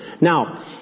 Now